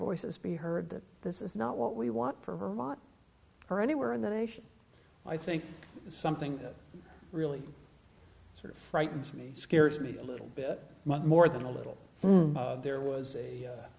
voices be heard that this is not what we want for her anywhere in the nation i think something that really sort of frightens me scares me a little bit more than a little there was a